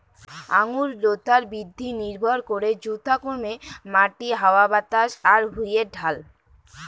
আঙুর লতার বৃদ্ধি নির্ভর করে যথাক্রমে মাটি, হাওয়া বাতাস আর ভুঁইয়ের ঢাল